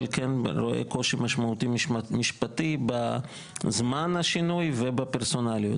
אבל כן רואה קושי משמעותי משפטי בזמן השינוי ובפרסונליות